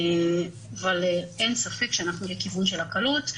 אבל אין ספק שאנחנו בכיוון של הקלות.